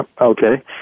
Okay